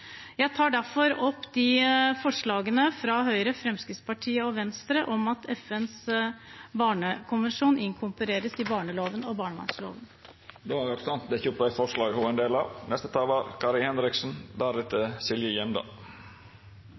Jeg tar opp forslaget fra Høyre, Fremskrittspartiet, Venstre og Kristelig Folkeparti om at FNs barnekonvensjon inkorporeres i barneloven og barnevernsloven. Representanten Kristin Ørmen Johnsen har teke opp det forslaget